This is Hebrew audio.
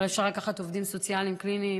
אבל אפשר לקחת עובדים סוציאליים קליניים,